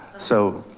so,